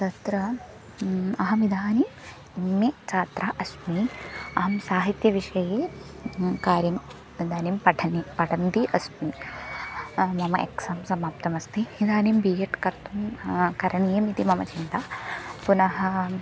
तत्र अहमिदानीम् M A छात्रा अस्मि अहं साहित्यविषये कार्यम् इदानीं पठने पठन्ती अस्मि मम एक्सां समाप्तमस्ति इदानीं बि एड् कर्तुं करणीयम् इति मम चिन्ता पुनः